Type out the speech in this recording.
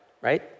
right